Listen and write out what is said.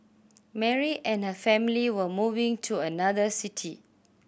Mary and her family were moving to another city